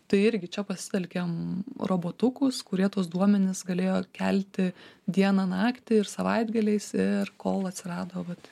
tai irgi čia pasitelkiam robotukus kurie tuos duomenis galėjo kelti dieną naktį ir savaitgaliais ir kol atsirado vat